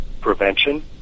prevention